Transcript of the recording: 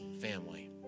family